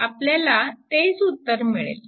आपल्याला तेच उत्तर मिळेल